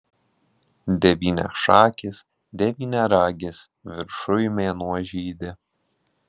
devyniašakis devyniaragis viršuj mėnuo žydi